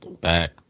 back